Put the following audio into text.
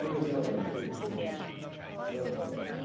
with his elementary education because of